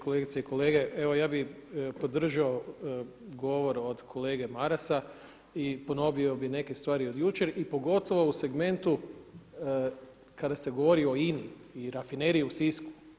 Kolegice i kolege evo ja bih podržao govor od kolege Marasa i ponovio bih neke stvari od jučer, pogotovo u segmentu kada se govori o INA-i i rafineriji u Sisku.